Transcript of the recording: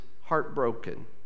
heartbroken